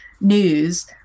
news